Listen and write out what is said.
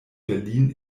berlin